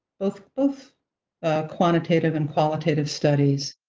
both both quantitative and qualitative studies,